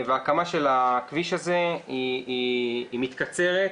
וההקמה של הכביש הזה היא מתקצרת,